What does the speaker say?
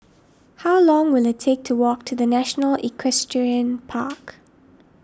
how long will it take to walk to the National Equestrian Park